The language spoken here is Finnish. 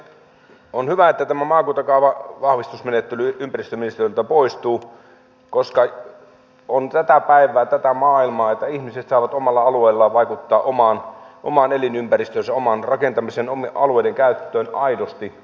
on hyvä että tämä maakuntakaavan vahvistusmenettely ympäristöministeriöltä poistuu koska on tätä päivää tätä maailmaa että ihmiset saavat omalla alueellaan vaikuttaa omaan elinympäristöönsä omaan rakentamiseensa omien alueiden käyttöön aidosti